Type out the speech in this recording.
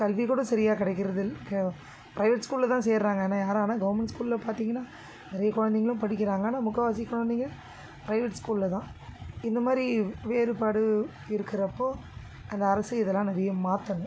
கல்வி கூட சரியா கிடைக்கிறதில் ப்ரைவேட் ஸ்கூல்லதான் சேருறாங்க ஆனால் யாரும் ஆனால் கவர்மெண்ட் ஸ்கூல்ல பார்த்தீங்கன்னா நிறைய குழந்தைங்களுக்கு படிக்கிறாங்கள் ஆனால் முக்கால்வாசி குழந்தைங்க ப்ரைவேட் ஸ்கூல்லதான் இந்தமாதிரி வேறுபாடு இருக்கிறப்போ அந்த அரசு இதெல்லாம் நிறைய மாற்றணும்